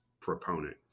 proponent